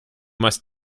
must